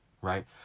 right